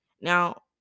Now